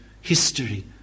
history